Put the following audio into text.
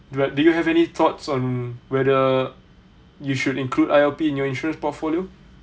but do you have any thoughts on whether you should include I_L_P in your insurance portfolio